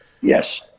Yes